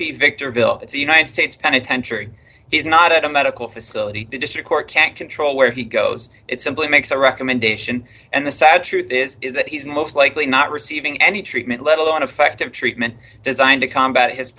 p victor ville it's a united states penitentiary he's not at a medical facility the district court can't control where he goes it simply makes a recommendation and the sad truth is that he's most likely not receiving any treatment let alone effective treatment designed to combat his